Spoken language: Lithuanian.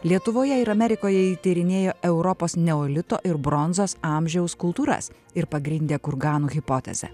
lietuvoje ir amerikoje ji tyrinėjo europos neolito ir bronzos amžiaus kultūras ir pagrindė kurganų hipotezę